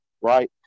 right